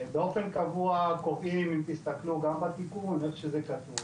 באופן קבוע קובעים אם תסתכלו גם בתיקון איך שזה כתוב